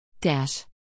Dash